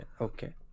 okay